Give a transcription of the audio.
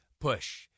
push